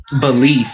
belief